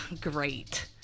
great